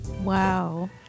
Wow